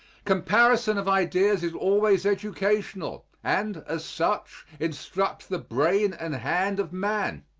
comparison of ideas is always educational and, as such, instructs the brain and hand of man.